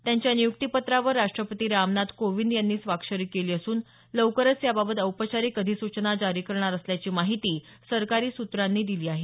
त्यांच्या नियुक्तीपत्रावर राष्ट्रपती रामनाथ कोविंद यांनी स्वाक्षरी केली असून लवकरच याबाबत औपचारिक अधिसूचना जारी करणार असल्याची माहिती सरकारी सूत्रांनी दिली आहे